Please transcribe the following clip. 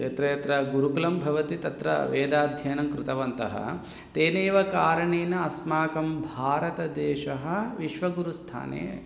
यत्र यत्र गुरुकुलं भवति तत्र वेदाध्ययनं कृतवन्तः तेनेव कारणेन अस्माकं भारतदेशः विश्वगुरुस्थाने